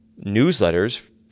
newsletters